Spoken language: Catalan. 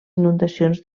inundacions